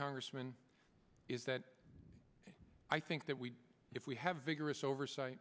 congressman is that i think that we if we have vigorous oversight